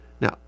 Now